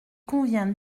convient